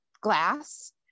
glass